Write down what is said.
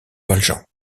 valjean